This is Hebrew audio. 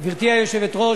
גברתי היושבת-ראש,